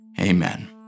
amen